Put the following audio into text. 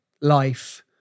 life